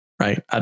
right